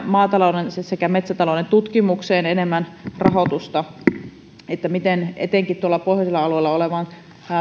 maatalouden kuin metsätalouden tutkimukseen enemmän rahoitusta etenkin tuolla pohjoisilla alueilla olevaan